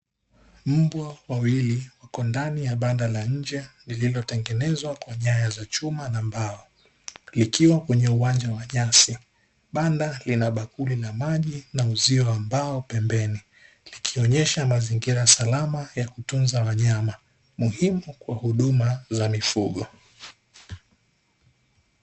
Mbwa wawili wako ndani ya banda la nje lililotengenezwa kwa nyaya za chuma na mbao. Likiwa kwenye uwanja wa nyasi. Banda lina bakuli la maji na uzio wa mbao pembeni, likionyesha mazingira salama ya kutunza wanyama, muhimu kwa huduma za mifugo.